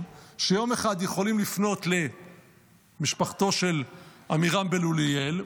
שיום אחד יכולים לפנות למשפחתו של עמירם בן אוליאל,